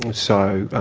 so,